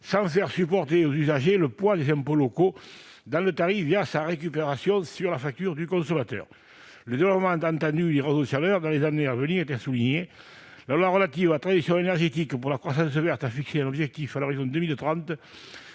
sans faire supporter aux usagers le poids des impôts locaux dans le tarif sa répercussion sur la facture du consommateur. Le développement attendu des réseaux de chaleur dans les années à venir est à souligner : la loi relative à la transition énergétique pour la croissance verte a fixé un objectif, à l'horizon 2030,